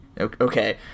Okay